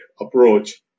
approach